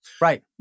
Right